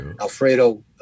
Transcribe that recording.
Alfredo